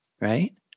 right